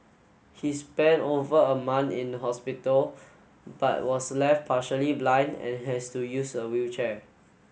he spent over a month in hospital but was left partially blind and has to use a wheelchair